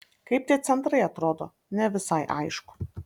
kaip tie centrai atrodo ne visai aišku